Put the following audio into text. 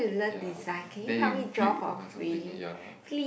ya then you build or something ya